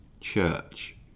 church